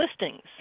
listings